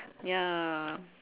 ya